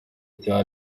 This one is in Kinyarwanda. cyane